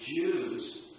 Jews